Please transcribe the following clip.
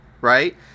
right